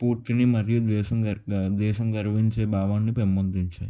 స్ఫూర్తిని మరియు దేశం గర్ దేశం గర్వించే భావాన్ని పెంపొందించాయి